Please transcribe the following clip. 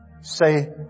Say